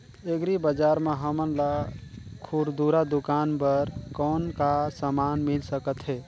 Agri बजार म हमन ला खुरदुरा दुकान बर कौन का समान मिल सकत हे?